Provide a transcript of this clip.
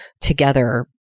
together